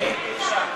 אי-אפשר.